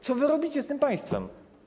Co wy robicie z tym państwem?